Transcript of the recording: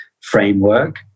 framework